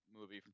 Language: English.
movie